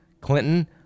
Clinton